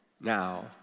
now